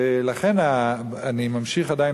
אני ממשיך עדיין